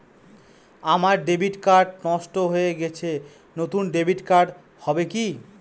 আমার debit card নষ্ট হয়ে গেছে নূতন ডেবিট কার্ড হবে কি?